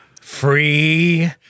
Free